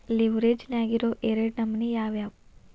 ಲಿವ್ರೆಜ್ ನ್ಯಾಗಿರೊ ಎರಡ್ ನಮನಿ ಯಾವ್ಯಾವ್ದ್?